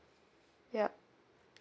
yup